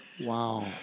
Wow